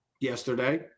yesterday